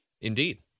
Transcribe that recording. Indeed